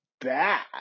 bad